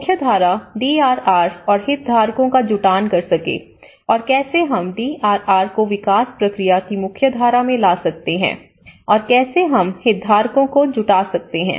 मुख्य धारा D D R और हितधारकों का जुटान कर सके और कैसे हम डीआरआर को विकास प्रक्रिया की मुख्यधारा में ला सकते हैं और कैसे हम हितधारकों को जुटा सकते हैं